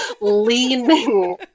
leaning